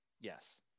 Yes